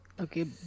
okay